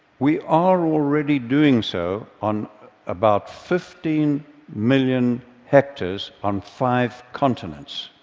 we are already doing so on about fifteen million hectares on five continents,